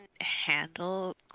handle